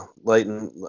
lighten